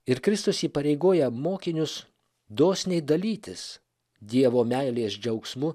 ir kristus įpareigoja mokinius dosniai dalytis dievo meilės džiaugsmu